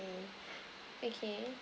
okay